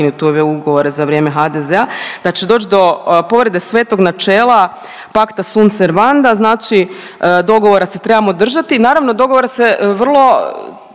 da će doći do povrede svetog načela pacta sunt servanda, znači dogovora se trebamo držati. Naravno, dogovora se vrlo